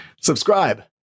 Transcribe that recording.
Subscribe